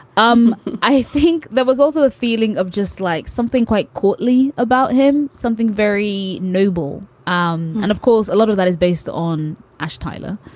um i think there was also a feeling of just like something quite courtly about him. something very noble. um and of course, a lot of that is based on ah tyler,